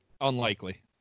Unlikely